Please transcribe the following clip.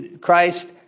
Christ